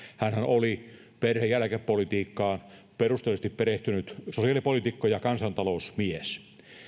hänhän oli perhe ja eläkepolitiikkaan perusteellisesti perehtynyt sosiaalipoliitikko ja kansantalousmies